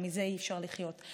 ומזה אי-אפשר לחיות.